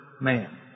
man